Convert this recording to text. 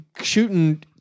shooting